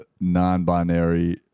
non-binary